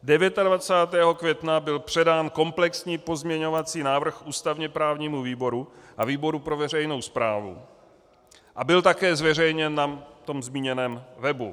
29. května byl předán komplexní pozměňovací návrh ústavněprávnímu výboru a výboru pro veřejnou správu a byl také zveřejněn na tom zmíněném webu.